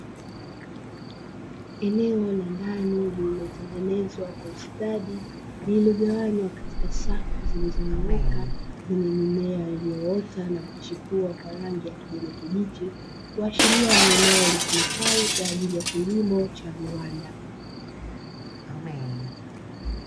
Eneo la ndani lililotengenezwa kwa ustadi lililogawanywa katika safu zilizonyooka lenye mimea iliyoota na kuchipua kwa kwa rangi ya kijani kibichi, kuashiria ni eneo litumikalo kwa ajili ya kilimo cha viwanda.